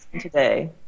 today